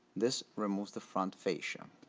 this removes the front fascia.